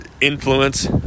influence